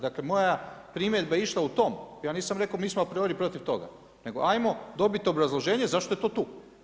Dakle, moja je primjedba išla u tom, ja nisam rekao mi smo a priori protiv toga, nego hajmo dobit obrazloženje zašto je to tu.